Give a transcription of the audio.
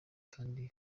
kandi